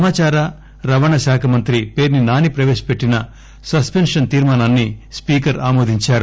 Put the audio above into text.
సమాచార రవాణా శాఖ మంత్రి పేర్ని నాని ప్రవేశపెట్టిన స్పెన్షన్ తీర్మానాన్ని స్పీకర్ ఆమోదించారు